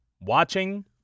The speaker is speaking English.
watching